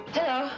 Hello